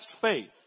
faith